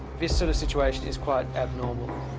this sort of situation is quite abnormal.